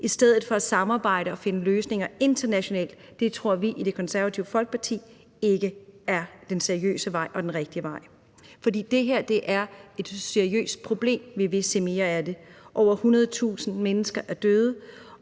i stedet for at samarbejde og finde løsninger internationalt tror vi i Det Konservative Folkeparti ikke er den seriøse vej og den rigtige vej, fordi det her er et seriøst problem. Vi vil se mere af det. Over 100.000 mennesker er døde,